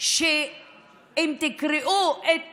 שאם תקראו את